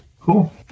Cool